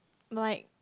like